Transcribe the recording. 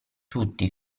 tutti